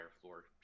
floor